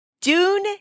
Dune